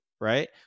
right